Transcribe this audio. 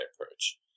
approach